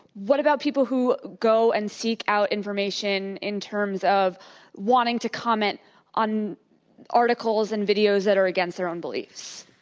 what about people who go and seek out information in terms of wanting to comment on articles and videos that are against their own beliefs?